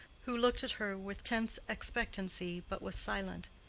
who looked at her with tense expectancy, but was silent.